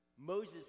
Moses